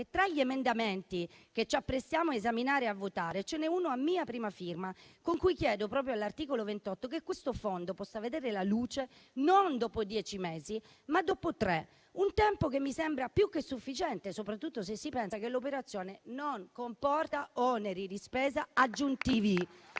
tra gli emendamenti che ci apprestiamo a esaminare e a votare ce n'è uno, a mia prima firma, proprio all'articolo 28, con il quale si prevede che il fondo possa vedere la luce non dopo dieci mesi, ma dopo tre, un tempo che mi sembra più che sufficiente, soprattutto se si pensa che l'operazione non comporta oneri di spesa aggiuntivi.